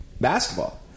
basketball